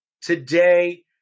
today